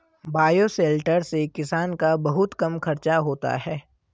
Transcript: bioshelter से किसान का बहुत कम खर्चा होता है